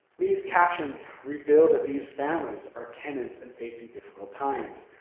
lee's captions reveal that these families are tenants and facing difficult times.